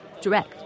direct